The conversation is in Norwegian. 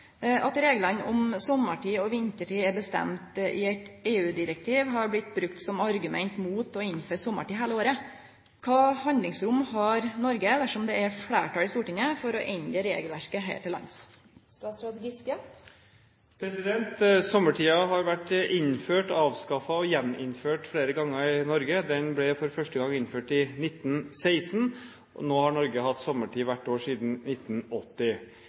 At reglane om sommartid og vintertid er bestemte i eit EU-direktiv, har vorte nytta som argument mot å innføre sommartid heile året. Kva handlingsrom har Noreg dersom det er fleirtal i Stortinget for å endre regelverket her til lands?» Sommertiden har vært innført, avskaffet og gjeninnført flere ganger i Norge. Den ble første gang innført i 1916. Nå har Norge hatt sommertid hvert år siden 1980.